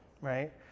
right